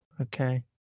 okay